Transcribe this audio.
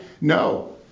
No